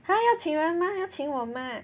!huh! 他要请人吗他要请我吗